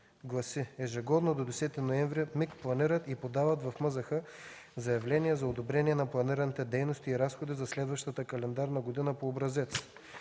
гласи: ежегодно до 10 ноември от МИГ планират и подават в МЗХ заявления за одобрение на планираните дейности и разходи за следващата календарна година по образец.